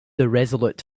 irresolute